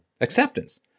acceptance